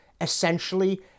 essentially